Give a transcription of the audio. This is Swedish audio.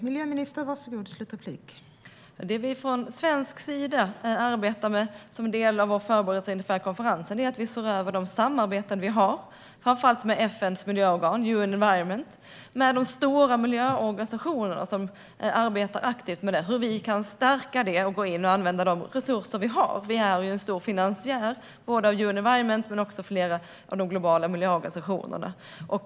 Fru talman! Det vi från svensk sida arbetar med som del av vår förberedelse inför konferensen är att se över de samarbeten vi har, framför allt med FN:s miljöorgan UN Environment och med de stora miljöorganisationerna, för att se hur vi kan stärka dem och använda de resurser vi har. Vi är ju en stor finansiär av UN Environment och av flera av de globala miljöorganisationerna.